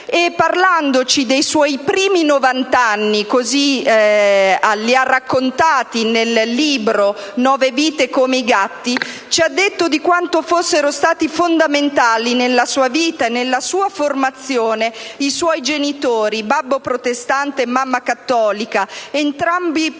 e, parlandoci dei suoi primi novant'anni (così li ha raccontati nel libro «Nove vite come i gatti»), ci ha detto di quanto fossero stati fondamentali nella sua vita e nella sua formazione i suoi genitori, babbo protestante e mamma cattolica, entrambi poco